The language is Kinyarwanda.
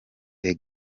the